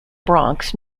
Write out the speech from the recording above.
bronx